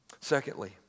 Secondly